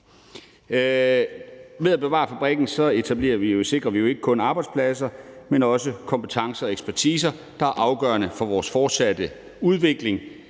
Ved at bevare fabrikken sikrer vi jo ikke kun arbejdspladser, men også kompetencer og ekspertiser, der er afgørende for vores fortsatte udvikling